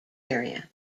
area